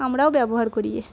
আমরাও ব্যবহার করি